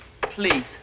Please